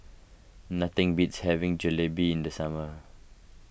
nothing beats having Jalebi in the summer